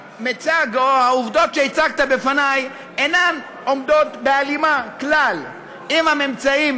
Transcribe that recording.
העובדות שהצגת בפני כלל אינן עומדות בהלימה עם הממצאים